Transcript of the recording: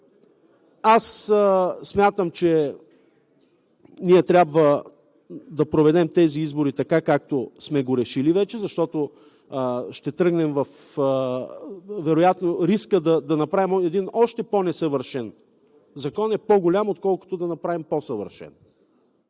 Аз смятам, че ние трябва да проведем тези избори така, както вече сме решили, защото вероятно рискът да направим един още по-несъвършен закон е по-голям, отколкото да направим по-съвършен.